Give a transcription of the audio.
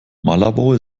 malabo